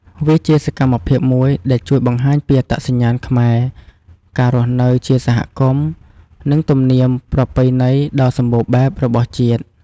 វាជាសកម្មភាពមួយដែលជួយបង្ហាញពីអត្តសញ្ញាណខ្មែរ ការរស់នៅជាសហគមន៍ និងទំនៀមប្រពៃណីដ៏សម្បូរបែបរបស់ជាតិ។